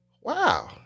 wow